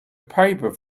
paper